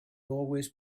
always